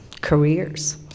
Careers